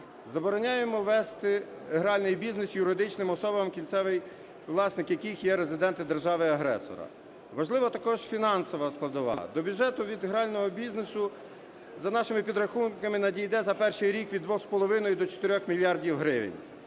Забороняємо вести гральний бізнес юридичним особам, кінцевий власник яких є резидент держави-агресора. Важлива також фінансова складова. До бюджету від грального бізнесу, за нашими підрахунками, надійде за перший рік від 2,5 до 4 мільярдів